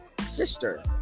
sister